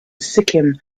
sikkim